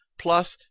plus